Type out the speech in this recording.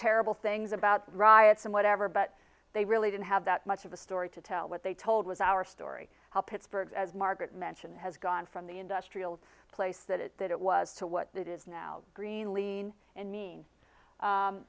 terrible things about riots and whatever but they really didn't have that much of a story to tell what they told was our story how pittsburgh as margaret mentioned has gone from the industrial place that it that it was to what it is now green lean and mean